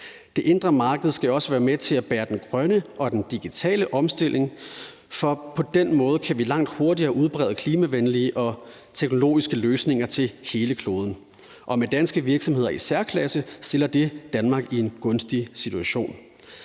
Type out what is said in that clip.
Det indre marked skal også være med til at bære den grønne og den digitale omstilling, for på den måde kan vi langt hurtigere udbrede klimavenlige og teknologiske løsninger til hele kloden. Og med danske virksomheder i særklasse stiller det Danmark i en gunstig situation.